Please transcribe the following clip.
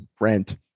rent